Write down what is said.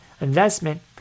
investment